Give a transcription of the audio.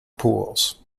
pools